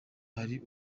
hari